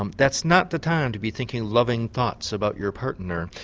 um that's not the time to be thinking loving thoughts about your partner,